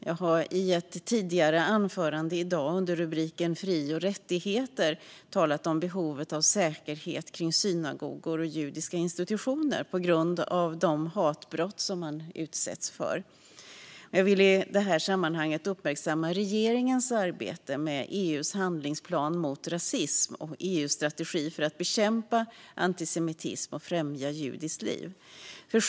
Jag har i ett tidigare anförande i dag, under rubriken Fri och rättigheter m.m. , talat om behovet av säkerhet kring synagogor och judiska institutioner på grund av de hatbrott man utsätts för. Jag vill i detta sammanhang uppmärksamma regeringens arbete med EU:s handlingsplan mot rasism och EU:s strategi för att bekämpa antisemitism och främja judiskt liv.